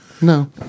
No